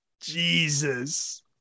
Jesus